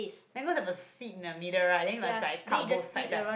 mangoes have a seed in the middle right then you must like cut both sides right